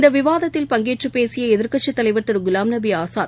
இந்தவிவாதத்தில் பங்கேற்றபேசியஎதிர்க்கட்சித் தலைவர் திருகுலாம் நபிஆஸாத்